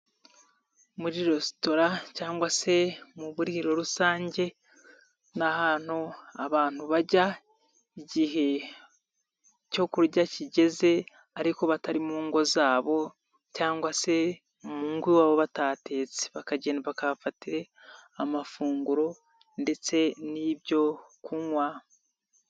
Muri resitora cyangwa se mu buririro rusange ni ahantu abantu bajya igihe cyo kurya kigeze ariko batari mu ngo zabo cyangwa se mu ngo iwabo batatetse bakagenda bakahafatira amafunguro ndetse n'ibyo kunywa.